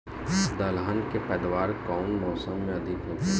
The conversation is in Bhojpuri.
दलहन के पैदावार कउन मौसम में अधिक होखेला?